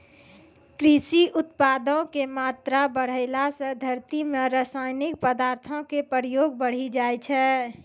कृषि उत्पादो के मात्रा बढ़ैला से धरती मे रसायनिक पदार्थो के प्रयोग बढ़ि जाय छै